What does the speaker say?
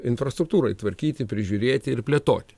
infrastruktūrai tvarkyti prižiūrėti ir plėtoti